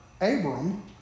Abram